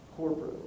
corporately